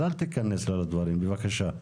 אז אל תיכנס לה לדברים בבקשה.